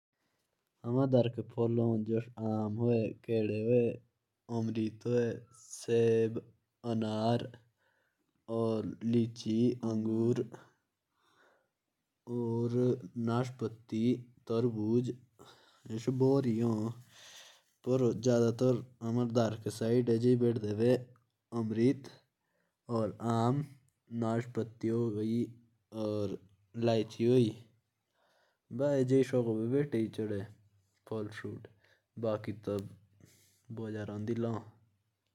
हमारे घर में जैसे फल होते ह आम संतरा अमरूद इलायची पपीता अनार नाशपाती थरपूज।